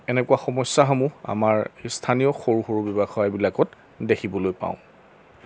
এনেকুৱা সমস্যাসমূহ আমাৰ স্থানীয় সৰু সৰু ব্যৱসায়বিলাকত দেখিবলৈ পাওঁ